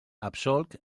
absolc